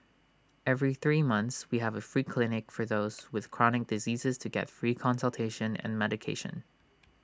every three months we have A free clinic for those with chronic diseases to get free consultation and medication